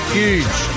huge